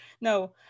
No